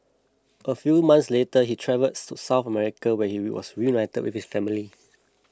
a few months later he travelled to South Africa where he was reunited with his family